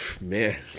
Man